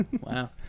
Wow